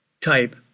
type